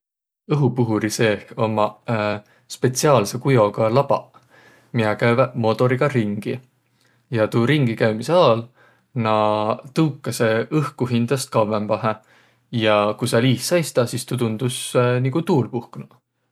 Õhupuhuri seeh ummaq spetsiaalsõ kujoga labaq miä käüväq moodoriga ringi. Ja tuu ringi käümise aol näq tõukasõq õhku hindäst kavvõmbahe. Ja ku sääl iih saistaq, sis tuu tundus nigu tuul puhknuq.